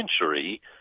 century